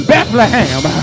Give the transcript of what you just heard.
Bethlehem